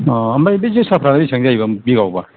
अ' ओमफ्राइ बे जोसाफ्रालाय बेसेबां जायो बिघायावबा